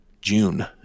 June